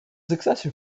successor